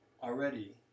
Already